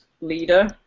leader